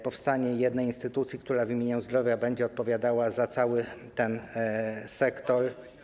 Powstanie jedna instytucja, która w imieniu ministra zdrowia będzie odpowiadała za cały ten sektor.